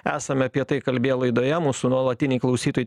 esame apie tai kalbėję laidoje mūsų nuolatiniai klausytojai